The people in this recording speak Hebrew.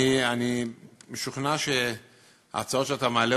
אני משוכנע שההצעות שאתה מעלה,